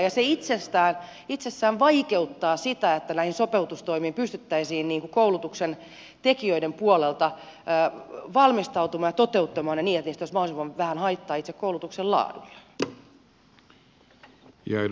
ja se itsessään vaikeuttaa sitä että näihin sopeutustoimiin pystyttäisiin koulutuksen tekijöiden puolelta valmistautumaan ja että niitä pystyt täisiin toteuttamaan niin että niistä olisi mahdollisimman vähän haittaa itse koulutuksen laadulle